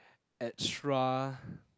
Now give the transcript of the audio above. extra